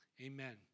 amen